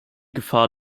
gefahr